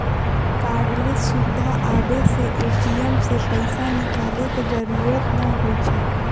cardless सुविधा आबे से ए.टी.एम से पैसा निकाले के जरूरत न होई छई